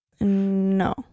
No